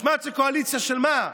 משמעת של קואליציה של מה?